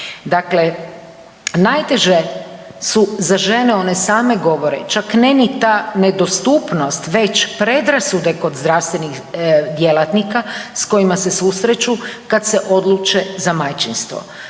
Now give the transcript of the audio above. Dakle, najteže su za žene one same govore, čak ne ni ta nedostupnost već predrasude kod zdravstvenih djelatnika s kojima se susreću kad se odluče za majčinstvo.